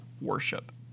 Worship